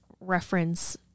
reference